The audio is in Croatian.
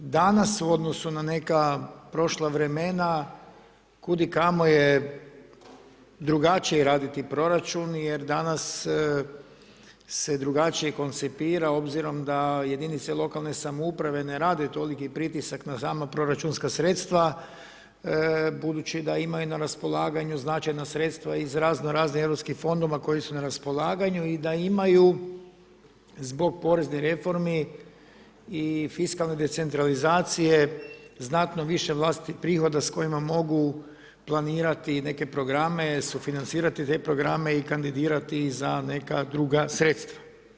Danas u odnosu na neka prošla vremena, kud i kamo je drugačije raditi proračun jer danas se drugačije konceptira obzirom da jedinice lokalne samouprave ne rade toliki pritisak na sama proračunska sredstva budući da imaju na raspolaganju značajna sredstva iz razno raznih europskih fondova koji su na raspolaganju i da imaju zbog poreznih reformi i fiskalne decentralizacije znatno više vlastitih prihoda s kojima mogu planirati i neke programe, sufinancirati te programe i kandidirati ih za neka druga sredstva.